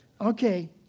okay